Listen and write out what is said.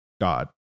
God